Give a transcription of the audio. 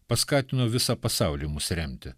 paskatino visą pasaulį mus remti